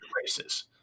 races